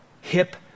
hip